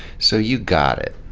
so you got it.